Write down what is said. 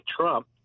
Trump